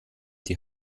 die